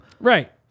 Right